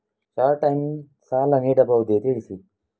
Short time ಸಾಲ ನೀಡಬಹುದೇ ತಿಳಿಸಿ?